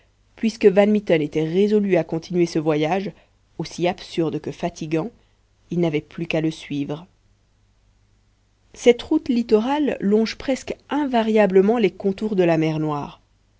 puisque van mitten était résolu à continuer ce voyage aussi absurde que fatigant il n'avait plus qu'à le suivre cette route littorale longe presque invariablement les contours de la mer noire